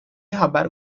haber